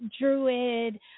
druid